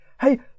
hey